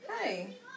Hey